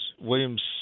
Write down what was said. Williams